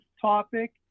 topic